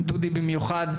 דודי במיוחד,